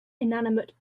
inanimate